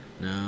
No